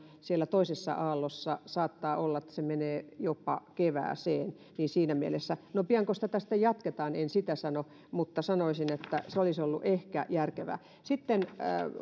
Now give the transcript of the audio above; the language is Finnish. siellä toisessa aallossa saattaa olla että se menee jopa kevääseen niin siinä mielessä no piankos tätä sitten jatketaan en sitä sano mutta sanoisin että se olisi ehkä ollut järkevää sitten